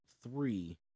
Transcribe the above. three